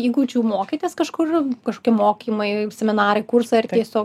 įgūdžių mokėtės kažkur kažkokie mokymai seminarai kursai ar tiesiog